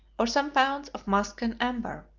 or some pounds of musk and amber.